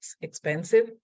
expensive